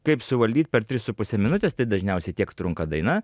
kaip suvaldyt per tris su puse minutės tai dažniausiai tiek trunka daina